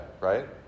right